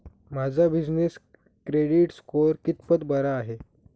माझा business credit score कितपत बरा आहे?